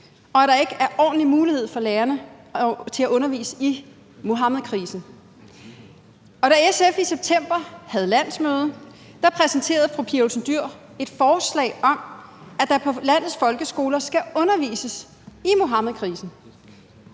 og at der ikke er ordentlig mulighed for lærerne for at undervise i Muhammedkrisen. Da SF i september havde landsmøde, præsenterede fru Pia Olsen Dyhr et forslag om, at der på landets folkeskoler skal undervises i Muhammedkrisen.